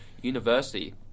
university